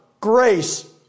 grace